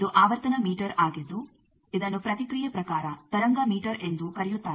ಇದು ಆವರ್ತನ ಮೀಟರ್ ಆಗಿದ್ದು ಇದನ್ನು ಪ್ರತಿಕ್ರಿಯೆ ಪ್ರಕಾರ ತರಂಗ ಮೀಟರ್ ಎಂದೂ ಕರೆಯುತ್ತಾರೆ